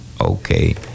Okay